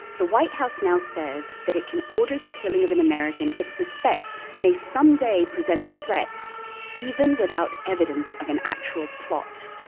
the white house now says that it can order the killing of an american it suspects may some day present a threat even without evidence of an actual plot.